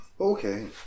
Okay